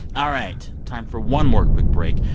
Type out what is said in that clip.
all right, time for one more quick break.